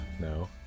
no